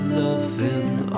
loving